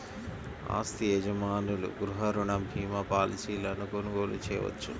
ఆస్తి యజమానులు గృహ రుణ భీమా పాలసీలను కొనుగోలు చేయవచ్చు